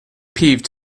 peeved